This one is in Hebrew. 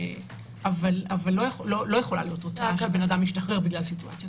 אבל לא יכול להיות תוצאה שהאדם משתחרר בגלל סיטואציה כזאת.